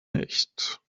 nicht